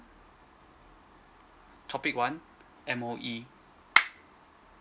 topic one M_O_E